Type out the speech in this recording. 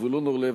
זבולון אורלב,